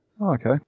okay